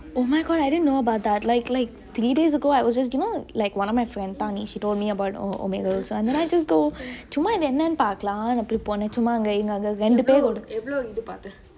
oh my god I didn't know about that like like three days ago I was just you know one of my friends tami she told me about omeagle so I just go சும்மா இது என்னனு பாக்கலானு அப்டெ போன சும்மா இங்க அங்க ரெண்டு பேரு:cumma ithu ennenu paakalaanu apde pone cumma ingge angge rendu peru